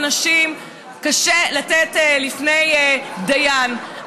לנשים קשה לתת לפני דיין,